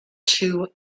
two